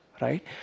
right